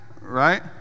right